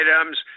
items